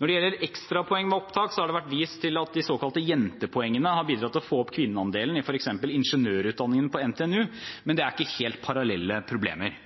Når det gjelder ekstrapoeng ved opptak, har det vært vist til at de såkalte jentepoengene har bidratt til å få opp kvinneandelen i f.eks. ingeniørutdanningen ved NTNU, men det er ikke helt parallelle problemer.